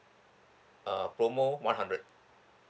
uh promo one hundred